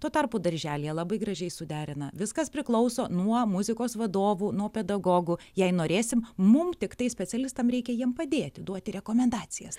tuo tarpu darželyje labai gražiai suderina viskas priklauso nuo muzikos vadovų nuo pedagogų jei norėsim mum tiktai specialistam reikia jiem padėti duoti rekomendacijas